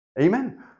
Amen